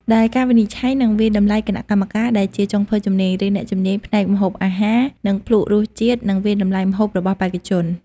ដែលការវិនិច្ឆ័យ និងវាយតម្លៃគណៈកម្មការដែលជាចុងភៅជំនាញ ឬអ្នកជំនាញផ្នែកម្ហូបអាហារ នឹងភ្លក្សរសជាតិ និងវាយតម្លៃម្ហូបរបស់បេក្ខជន។